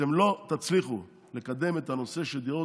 אתם לא תצליחו לקדם את הנושא של דירות